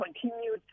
continued